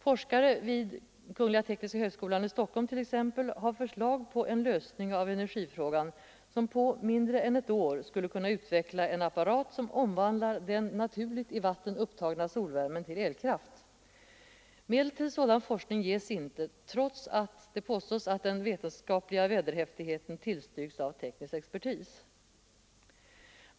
Forskare vid kungl. tekniska högskolan i Stockholm t.ex. har förslag till en lösning av energifrågan som på mindre än ett år skulle kunna utveckla en apparat för att omvandla den naturligt i vatten upptagna solvärmen till elkraft. Medel till sådan forskning ges inte, trots att det påstås att den vetenskapliga vederhäftigheten bestyrks av teknisk expertis.